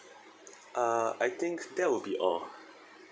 uh I think that would be all